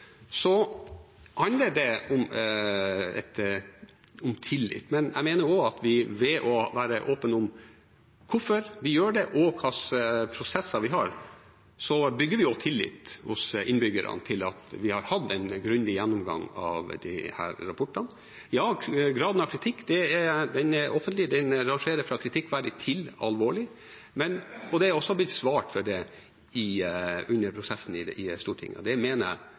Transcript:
Så handler det om tillit. Jeg mener at vi ved å være åpne om hvorfor vi gjør det, og hvilke prosesser vi har, bygger tillit hos innbyggerne til at vi har hatt en grundig gjennomgang av disse rapportene. Ja, graden av kritikk, den offentlige, rangerer fra «kritikkverdig» til «alvorlig», og det er også blitt svart for det under prosessen i Stortinget. Det mener jeg har vært en god prosess, som også bygger tillit overfor innbyggerne. Jeg tror det gikk fram av både mitt innlegg og mitt spørsmål at det